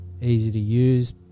easy-to-use